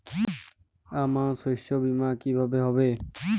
আমার শস্য বীমা কিভাবে হবে?